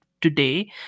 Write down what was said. today